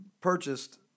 purchased